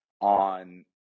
on